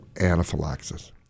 anaphylaxis